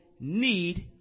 need